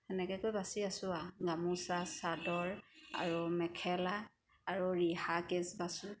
সেনেকেকৈ বাচি আছোঁ আৰু গামোচা চাদৰ আৰু মেখেলা আৰু ৰিহা কেছ বাচোঁ